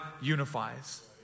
unifies